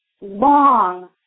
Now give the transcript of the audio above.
long